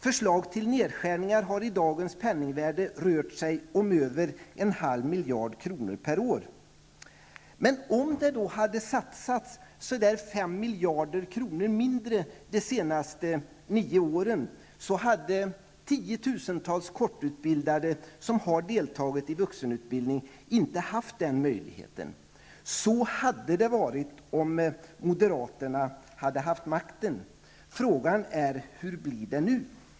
Förslagen till nedskärningar har, i dagens penningvärde, rört sig om över en halv miljard kronor per år. Om det hade satsats omkring 5 miljarder kronor mindre de senaste nio åren, hade tiotusentals kortutbildade, som har deltagit i vuxenutbildning, inte haft den möjligheten. Så skulle det ha varit, om moderaterna hade haft makten. Frågan är: Hur blir det nu?